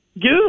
good